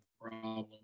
problem